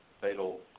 fatal